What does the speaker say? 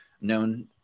known